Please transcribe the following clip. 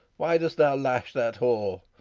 why dost thou lash that whore?